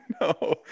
No